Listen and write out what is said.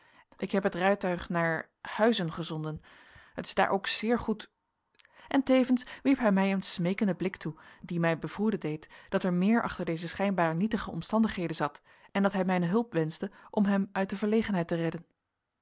ik heb het rijtuig naar huizen gezonden het is daar ook zeer goed en tevens wierp hij mij een smeekenden blik toe die mij bevroeden deed dat er meer achter deze schijnbaar nietige omstandigheden zat en dat hij mijne hulp wenschte om hem uit de verlegenheid to redden